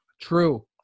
True